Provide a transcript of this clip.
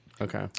Okay